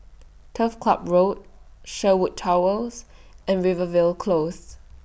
Turf Club Road Sherwood Towers and Rivervale Close